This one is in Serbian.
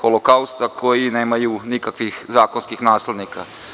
Holokausta, koji nemaju nikakvih zakonskih naslednika.